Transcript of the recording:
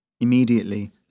Immediately